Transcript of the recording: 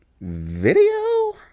video